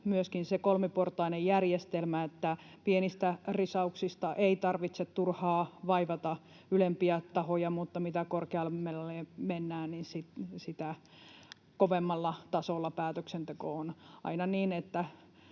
myöskin se kolmiportainen järjestelmä, että pienistä risauksista ei tarvitse turhaan vaivata ylempiä tahoja, mutta mitä korkeammalle mennään, niin sitä kovemmalla tasolla päätöksenteko on aina, niin että